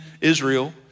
Israel